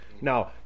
Now